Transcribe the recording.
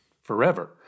forever